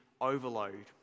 overload